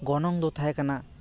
ᱜᱚᱱᱚᱝ ᱫᱚ ᱛᱟᱦᱮᱸ ᱠᱟᱱᱟ